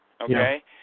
okay